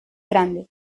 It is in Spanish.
grande